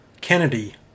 Kennedy